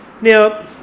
Now